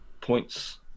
points